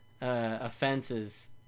offenses